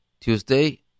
tuesday